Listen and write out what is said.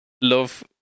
Love